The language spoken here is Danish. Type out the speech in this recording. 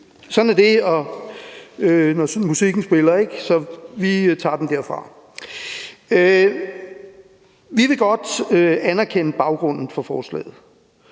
sådan er det, når musikken spiller, så vi tager den derfra. Vi vil godt anerkende baggrunden for forslaget.